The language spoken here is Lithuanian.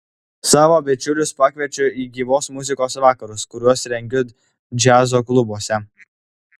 savo bičiulius pakviečiu į gyvos muzikos vakarus kuriuos rengiu džiazo klubuose